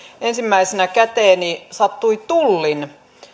ensimmäisenä käteeni sattui tullin